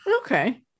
Okay